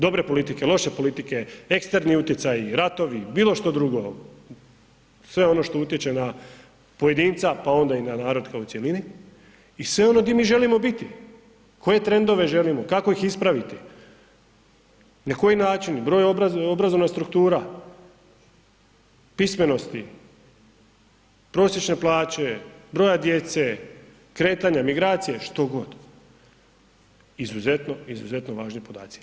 Dobre politike, loše politike, eksterni utjecaji, ratovi, bilo što drugo sve ono što utječe na pojedinca pa onda i na narod kao u cjelini i sve ono di mi želimo biti, koje trendove želimo, kako ih ispraviti, na koji način, broj obrazovna struktura, pismenosti, prosječne plaće, broja djece, kretanja, migracija štogod, izuzetno, izuzetno važni podaci.